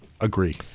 Agree